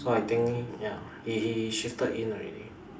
so I think ya he he he shifted in already